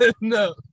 no